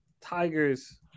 Tigers